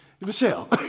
Michelle